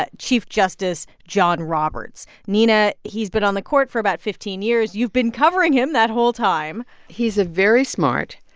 chief justice john roberts. nina, he's been on the court for about fifteen years. you've been covering him that whole time he's a very smart,